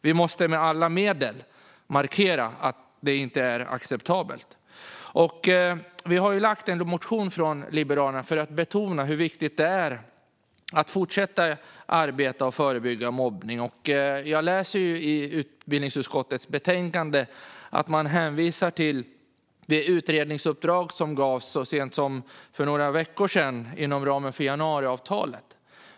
Vi måste med alla medel markera att det inte är acceptabelt. Liberalerna har lagt fram en motion för att betona hur viktigt det är att fortsätta arbeta för att förebygga mobbning. I utbildningsutskottets betänkande hänvisar man till det utredningsuppdrag som gavs så sent som för några veckor sedan inom ramen för januariavtalet.